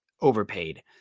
overpaid